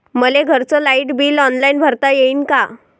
मले घरचं light bill online भरता येईन का?